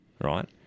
right